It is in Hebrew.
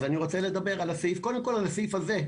אני רוצה לדבר קודם כול על הסעיף הזה,